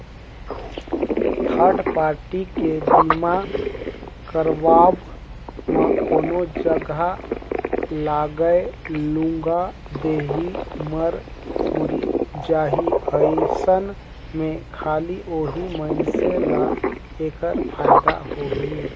third party के बीमा करवाब म कोनो जघा लागय लूगा देही, मर मुर्री जाही अइसन में खाली ओही मइनसे ल ऐखर फायदा होही